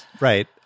Right